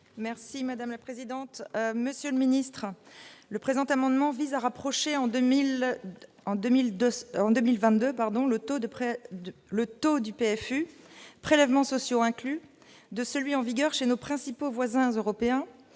présenter l'amendement n° I-129 rectifié. Le présent amendement vise à rapprocher en 2022 le taux du PFU, prélèvements sociaux inclus, de celui en vigueur chez nos principaux voisins européens,